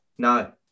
No